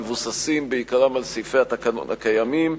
המבוססים בעיקרם על סעיפי התקנון הקיימים.